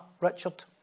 Richard